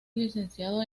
licenciado